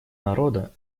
народа